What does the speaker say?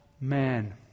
man